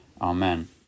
Amen